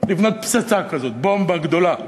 לבנות פצצה כזאת, בומבה גדולה.